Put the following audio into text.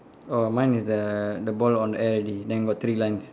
oh mine is the the ball on air already then got three lines